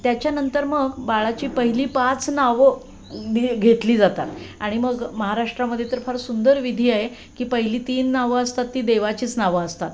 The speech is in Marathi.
त्याच्यानंतर मग बाळाची पहिली पाच नावं घे घेतली जातात आणि मग महाराष्ट्रामध्ये तर फार सुंदर विधी आहे की पहिली तीन नावं असतात ती देवाचीच नावं असतात